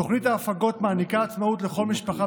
תוכנית ההפגות מעניקה עצמאות לכל משפחה